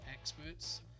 experts